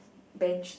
bench thing